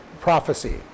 prophecy